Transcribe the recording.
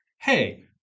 Hey